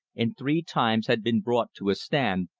and three times had been brought to a stand,